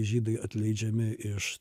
žydai atleidžiami iš